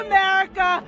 America